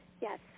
yes